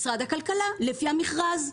משרד הכלכלה, לפי המכרז.